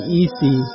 easy